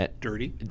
dirty